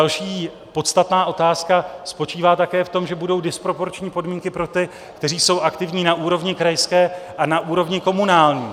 Další podstatná otázka spočívá také v tom, že budou disproporční podmínky pro ty, kteří jsou aktivní na úrovni krajské a na úrovni komunální.